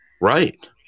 Right